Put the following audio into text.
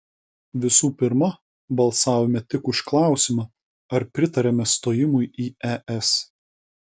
visų pirma balsavome tik už klausimą ar pritariame stojimui į es